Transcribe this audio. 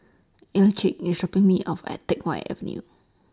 Elick IS Shopping Me off At Teck Whye Avenue